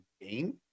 game